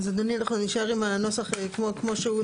אז אדוני, אנחנו נישאר עם הנוסח כמו שהוא.